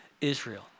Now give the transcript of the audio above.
Israel